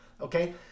Okay